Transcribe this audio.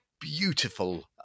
Beautiful